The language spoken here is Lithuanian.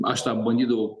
aš tą bandydavau